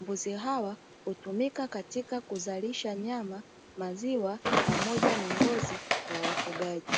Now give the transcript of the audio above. mbuzi hawa hutumika katika kuzalisha nyama, maziwa pamoja na ngozi kwa wafugaji.